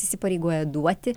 įsipareigoja duoti